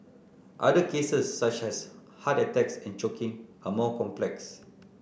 other cases such as heart attacks and choking are more complex